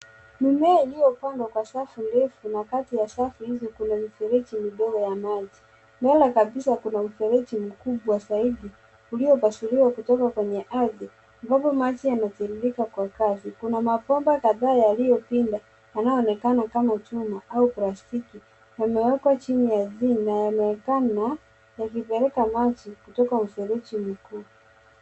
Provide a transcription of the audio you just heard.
Mimea yaliopandwa kwa safu ndefu na Kati ya safu hizo kuna mifereji midogo ya maji kuna mfereji mkubwa zaidi uliopasuliwa kutoka kwenye ardhi ambapo maji Yana tiririka kwa kazi . Kuna mapomba kadhaa yaliopinda yanayoonekana kama chuma au plastiki yamewekwa chini ardhini yanaonekana yakipeleka maji kutoka mfereji mikuu.